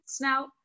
now